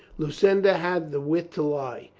lucinda had the wit to lie.